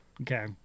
okay